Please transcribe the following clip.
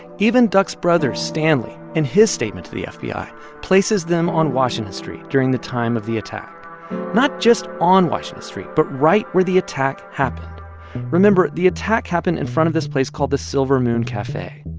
even duck's brother stanley, in his statement to the fbi, places them on washington street during the time of the attack not just on washington street but right where the attack happened remember the attack happened in front of this place called the silver moon cafe.